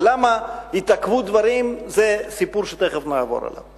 ולמה התעכבו דברים, זה סיפור שתיכף נעבור עליו.